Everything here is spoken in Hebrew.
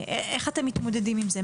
איך אתם מתמודדים עם זה?